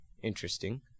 Interesting